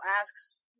asks